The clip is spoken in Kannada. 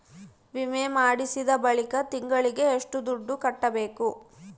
ವಿಮೆ ಮಾಡಿಸಿದ ಬಳಿಕ ತಿಂಗಳಿಗೆ ಎಷ್ಟು ದುಡ್ಡು ಕಟ್ಟಬೇಕು?